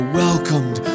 welcomed